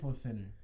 Center